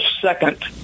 second